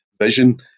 vision